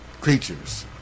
creatures